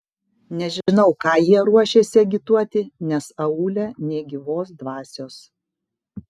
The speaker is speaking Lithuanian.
nežinau ką jie ruošiasi agituoti nes aūle nė gyvos dvasios